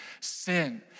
sin